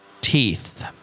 teeth